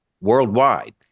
worldwide